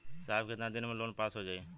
साहब कितना दिन में लोन पास हो जाई?